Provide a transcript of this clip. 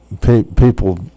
people